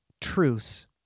truce